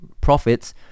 profits